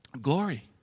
glory